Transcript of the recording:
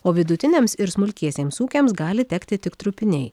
o vidutiniams ir smulkiesiems ūkiams gali tekti tik trupiniai